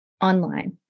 online